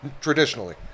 traditionally